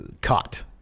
caught